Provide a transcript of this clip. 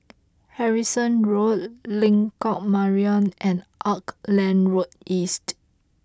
Harrison Road Lengkok Mariam and Auckland Road East